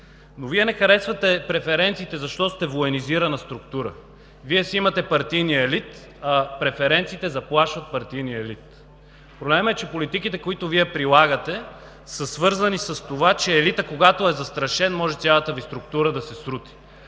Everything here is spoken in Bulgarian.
но Вие не харесвате преференциите, защото сте военизирана структура. Вие си имате партийния елит, а преференциите заплашват партийния елит. Проблемът е, че политиките, които Вие прилагате, са свързани с това, че елитът, когато е застрашен, може цялата Ви структура да се срути.